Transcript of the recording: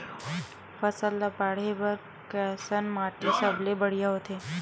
फसल ला बाढ़े बर कैसन माटी सबले बढ़िया होथे?